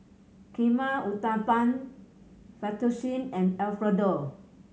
Kheema Uthapam Fettuccine and Alfredo